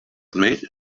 made